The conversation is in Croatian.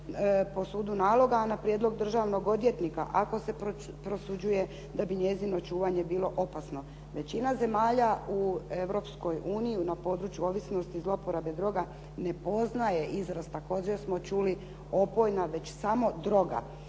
po sudu naloga, a na prijedlog državnog odvjetnika, ako se prosuđuje da bi njezino čuvanje bilo opasno. Većina zemalja u Europskoj uniji na području ovisnosti zloporabe droga ne poznaje izraz, također smo čuli, opojna već samo droga,